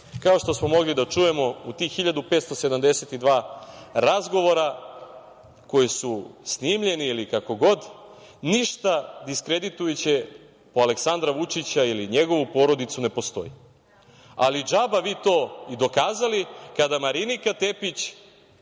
što smo mogli da čujemo, u tih 1572 razgovora, koji su snimljeni ili kako god, ništa diskreditujuće po Aleksandra Vučića ili njegovu porodicu ne postoji. Ali, džaba vi to i dokazali, kada Marinika Tepić